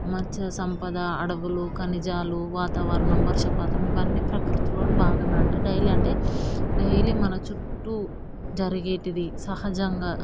మత్స్య సంపద అడవులు ఖనిజాలు వాతావరణం వర్షపాతం ఇవన్నీ ప్రకృతిలోని భాగమే అంట డైలీ అంటే డైలీ మన చుట్టూ జరిగేవి సహజంగా